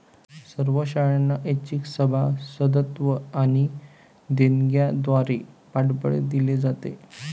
सर्व शाळांना ऐच्छिक सभासदत्व आणि देणग्यांद्वारे पाठबळ दिले जाते